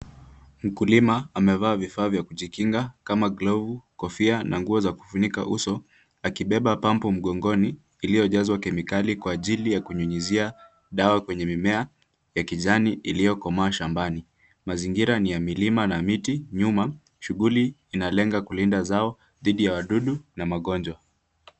Mkulima amevaa vifaa vya kujikinga kama glovu, kofia na nguo za kufunika uso akibeba pampu mgongoni, iliyojazwa kemikali kwa ajili ya kunyunyizia dawa kwenye mimea ya kijani iliyokomaa shambani. Mazingira ni ya milima na miti nyuma. Shughuli inalenga kulinda zao dhidi ya wadudu na magonjwa.